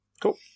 Cool